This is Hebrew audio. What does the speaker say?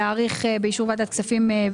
באישור ועדת הכספים של הכנסת,